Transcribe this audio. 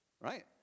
right